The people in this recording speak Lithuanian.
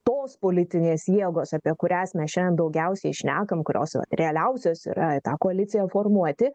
tos politinės jėgos apie kurias mes šiandien daugiausiai šnekam kurios realiausios yra tą koaliciją formuoti